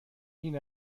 این